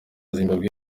zimbabwe